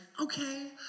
okay